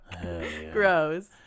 gross